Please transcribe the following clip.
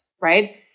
right